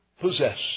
possess